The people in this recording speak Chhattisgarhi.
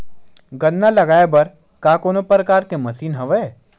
गन्ना लगाये बर का कोनो प्रकार के मशीन हवय?